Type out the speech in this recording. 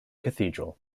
cathedral